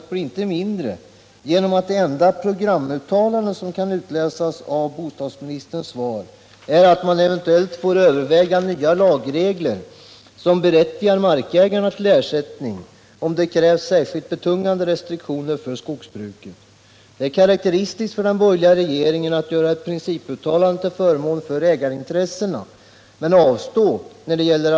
I själva verket har vi redan med stöd av betydande opinioner hos både allmänhet och beslutsfattare inlett denna utveckling när det gäller exempelvis restriktioner mot användning av kemiska medel och storavverkningar och krav på hänsyn till natur och miljö. Det har varit en självklar uppgift för socialdemokratin att ta itu med industrisamhällets avigsidor när de industriella processerna förekommit i särskilda byggnader.